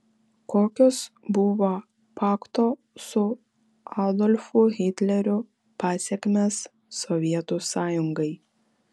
kokios buvo pakto su adolfu hitleriu pasekmės sovietų sąjungai